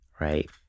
right